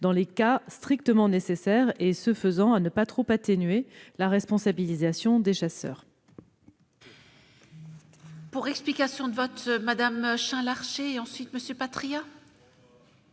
dans les cas strictement nécessaires. Il s'agit de ne pas trop atténuer la responsabilisation des chasseurs.